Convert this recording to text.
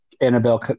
Annabelle